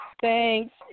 Thanks